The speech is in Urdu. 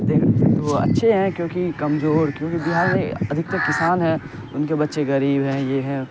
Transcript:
تو وہ اچھے ہیں کیونکہ کمزور کیونکہ بہار میں ادھکتر کسان ہیں ان کے بچے غریب ہیں یہ ہیں